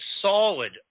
solid